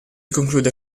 conclude